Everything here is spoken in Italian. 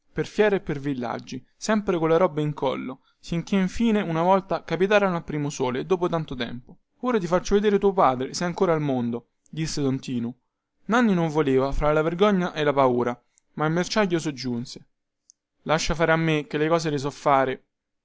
per fiere e per villaggi sempre colla roba in collo sicchè infine una volta capitarono a primosole dopo tanto tempo ora ti faccio vedere tuo padre sè ancora al mondo disse don tinu nanni non voleva fra la vergogna e la paura ma il merciaio soggiunse lascia fare a me che le cose le so fare